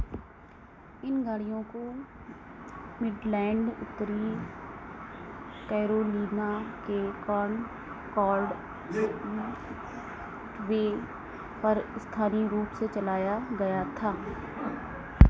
इन गाड़ियों को मिडलैंड उत्तरी कैरोलीना के कॉनकॉर्ड वे पर स्थानीय रूप से चलाया गया था